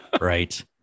right